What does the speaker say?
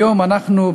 היום אנחנו,